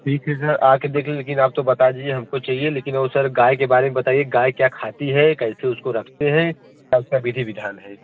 ठीक है सर आ कर देख लें लेकिन आप तो बता दीजिए हमको चाहिए लेकिन वह सर गाय के बारे में बताइए गाय क्या खाती है कैसे उसको रखते हैं क्या उसकी विधि विधान है